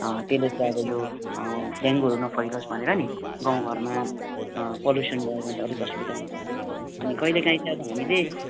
त्यसले चाहिँ अब यो डेङ्गुहरू नफैलियोस् भनेर नि गाउँ घरमा पल्युसन भयो भने त अलिक असुविधा हुन्छ अनि कहिले काहीँ त हामीले